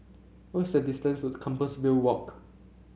what is the distance to Compassvale Walk